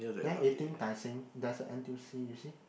there eighteen Tai-Seng there's a N_T_U_C you see